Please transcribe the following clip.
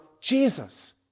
Jesus